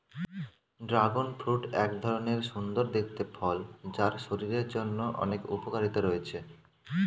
dragon fruit এক ধরণের সুন্দর দেখতে ফল যার শরীরের জন্য অনেক উপকারিতা রয়েছে